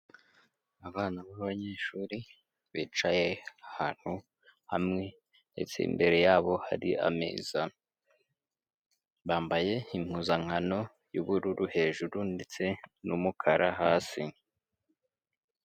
Abana b'abanyeshuri bicaye ahantu hamwe ndetse imbere yabo hari ameza, bambaye impuzankano y'ubururu hejuru ndetse n'umukara hasi.